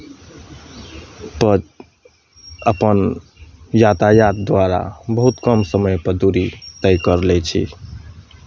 पर अपन यातायात द्वारा बहुत कम समयपर दूरी तय करि लैत छी